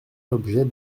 l’objet